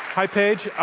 hi, paige.